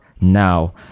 now